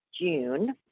June